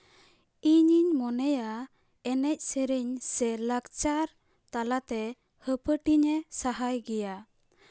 ᱤᱧᱤᱧ ᱢᱚᱱᱮᱭᱟ ᱮᱱᱮᱡ ᱥᱮᱨᱮᱧ ᱥᱮ ᱞᱟᱠᱪᱟᱨ ᱛᱟᱞᱟᱛᱮ ᱦᱟᱹᱯᱟᱹᱴᱤᱧᱮ ᱥᱟᱦᱟᱭ ᱜᱮᱭᱟ